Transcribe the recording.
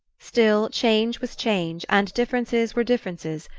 still, change was change, and differences were differences,